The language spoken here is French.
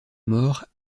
mort